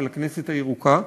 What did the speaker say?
של הכנסת הירוקה.